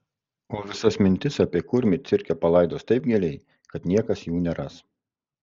o visas mintis apie kurmį cirke palaidos taip giliai kad niekas jų neras